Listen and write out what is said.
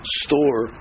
store